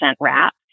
wrap